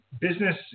business